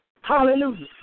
Hallelujah